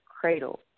cradle